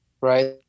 right